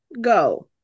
Go